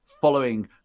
following